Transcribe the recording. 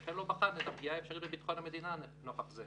וכן לא בחן את הפגיעה האפשרית בביטחון המדינה נוכח זה,